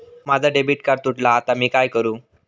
माझा debit card तुटला हा आता मी काय करू?